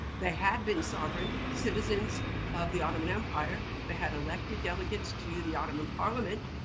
they had been sovereign citizens of the ottoman empire. they had elected delegates to the ottoman parliament.